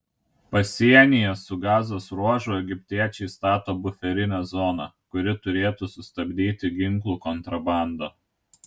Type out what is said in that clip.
pasienyje su gazos ruožu egiptiečiai stato buferinę zoną kuri turėtų sustabdyti ginklų kontrabandą